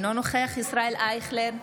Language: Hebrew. אינו נוכח ישראל אייכלר,